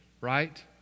right